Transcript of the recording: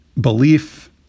belief